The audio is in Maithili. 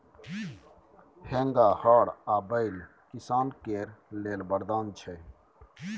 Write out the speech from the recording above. हेंगा, हर आ बैल किसान केर लेल बरदान छै